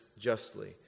justly